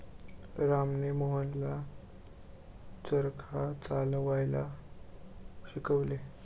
रामने मोहनला चरखा चालवायला शिकवले